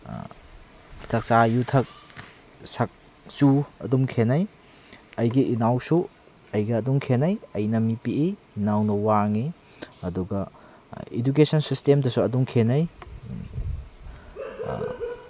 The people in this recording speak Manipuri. ꯆꯛꯆꯥ ꯌꯨꯊꯛ ꯁꯛ ꯆꯨ ꯑꯗꯨꯝ ꯈꯦꯠꯅꯩ ꯑꯩꯒꯤ ꯏꯅꯥꯎꯁꯨ ꯑꯩꯒ ꯑꯗꯨꯝ ꯈꯦꯠꯅꯩ ꯑꯩꯅ ꯃꯤ ꯄꯤꯛꯏ ꯏꯅꯥꯎꯅ ꯋꯥꯡꯉꯤ ꯑꯗꯨꯒ ꯏꯗꯨꯀꯦꯁꯟ ꯁꯤꯁꯇꯦꯝꯗꯁꯨ ꯑꯗꯨꯝ ꯈꯦꯠꯅꯩ